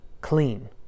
clean